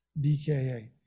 DKA